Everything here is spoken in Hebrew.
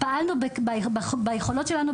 פעלנו ביכולות שלנו,